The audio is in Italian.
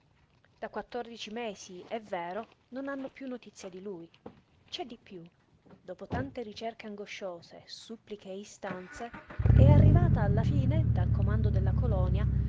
da quattordici mesi è vero non hanno piú notizia di lui c'è di piú dopo tante ricerche angosciose suppliche e istanze è arrivata alla fine dal comando della colonia